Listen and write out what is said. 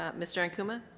um mr. ankuma?